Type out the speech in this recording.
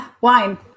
Wine